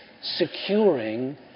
securing